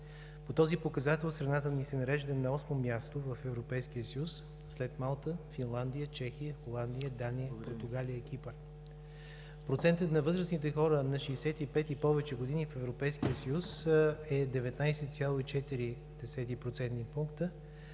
По този показател страната ни се нарежда на осмо място в Европейския съюз – след Малта, Финландия, Чехия, Холандия, Дания, Португалия и Кипър. Процентът на възрастните хора на 65 и повече години в Европейския съюз е 19,4 процентни